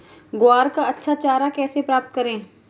ग्वार का अच्छा चारा कैसे प्राप्त करें?